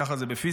ככה זה בפיזיקה,